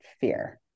fear